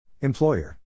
Employer